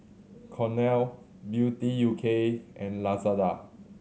Cornell Beauty U K and Lazada